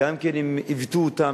וגם כן אם עיוותו אותם,